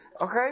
Okay